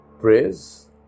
praise